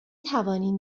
توانیم